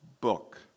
book